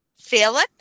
Philip